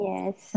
Yes